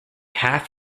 half